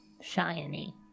Shiny